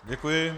Děkuji.